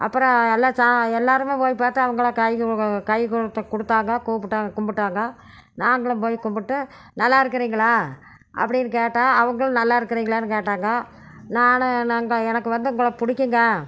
அப்புறம் எல்லா சா எல்லாருமே போய் பார்த்து அவங்கள கை கொடுக்க கை கொடுத்து கொடுத்தாங்க கூப்புட்டாங்க கும்பிட்டாங்க நாங்களும் போய் கும்பிட்டு நல்லா இருக்கிறிங்களா அப்படின்னு கேட்டால் அவங்குளும் நல்லா இருக்குறிங்களான்னு கேட்டாங்க நான் நாங்கள் எனக்கு வந்து உங்களை பிடிக்குங்க